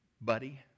buddy